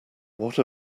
what